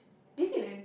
Disneyland